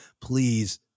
please